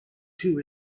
two